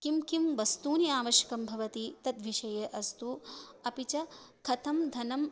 किं किं वस्तूनि आवश्यकानि भवन्ति तद्विषये अस्तु अपि च कथं धनम्